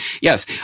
yes